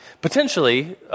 potentially